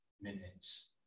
minutes